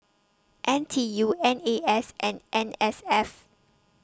N T U N A S and N S F